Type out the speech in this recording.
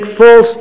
false